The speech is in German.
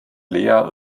lea